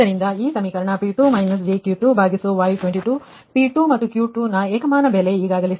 ಆದುದರಿಂದ ನಿಮ್ಮ ಈ ಸಮೀಕರಣ P2 jQ2Y22P2 ಮತ್ತು Q2 ನ ಏಕಮಾನ ಬೆಲೆಈಗಾಗಲೇ ಸಿಕ್ಕಿದೆ